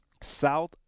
South